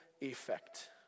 effect